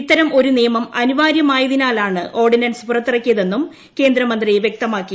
ഇത്തരം ഒരു നിയമം അനിവാര്യമായതിനാലാണ് ഓർഡിനൻസ് പുറത്തിറക്കിയതെന്നും കേന്ദ്രി വൃക്തമാക്കി